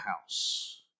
house